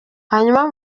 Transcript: hanyuma